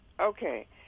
okay